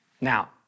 Now